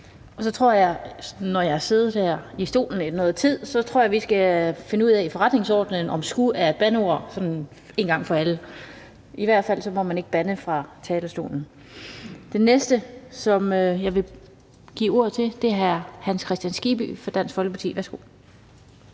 Jensen. Efter at jeg har siddet her i stolen i noget tid, tror jeg, at vi skal finde ud af i forretningsordenen, om »sgu« er et bandeord sådan en gang for alle. I hvert fald må man ikke bande fra talerstolen. Den næste, som jeg vil give ordet til, er hr. Hans Kristian Skibby fra Dansk Folkeparti. Værsgo.